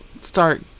start